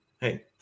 hey